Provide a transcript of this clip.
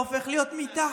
הופך להיות מיטה.